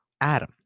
Adam